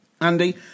Andy